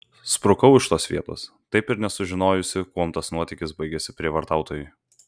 sprukau iš tos vietos taip ir nesužinojusi kuom tas nuotykis baigėsi prievartautojui